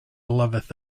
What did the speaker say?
loveth